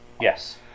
Yes